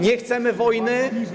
Nie chcemy wojny.